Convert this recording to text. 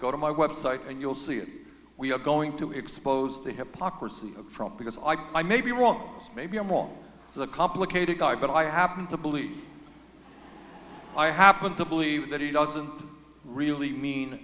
go to my website and you'll see that we are going to expose the hypocrisy of trump because i i may be wrong maybe i'm wrong for the complicated guy but i happen to believe i happen to believe that he doesn't really mean